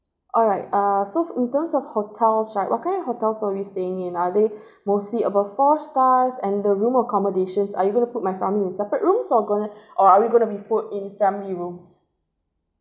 alright uh so in terms of hotels right what kind of hotels are we staying in are they mostly above four stars and the room accommodations are you gonna put my family in separate rooms or gonna or are we gonna be put in family rooms